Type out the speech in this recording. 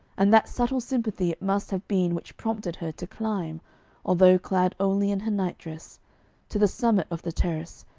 and that subtle sympathy it must have been which prompted her to climb although clad only in her nightdress to the summit of the terrace,